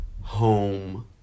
home